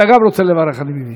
גם אתה רוצה לברך, אני מבין.